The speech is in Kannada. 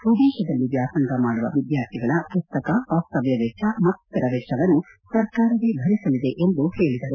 ವಿದೇತದಲ್ಲಿ ವ್ಯಾಸಂಗ ಮಾಡುವ ವಿದ್ಯಾರ್ಥಿಗಳ ಪುಸ್ತಕ ವಾಸ್ತವ್ಯ ವೆಚ್ಚ ಮತ್ತಿತರ ವೆಚ್ಚವನ್ನು ಸರ್ಕಾರವೇ ಭರಿಸಲಿದೆ ಎಂದು ಹೇಳಿದರು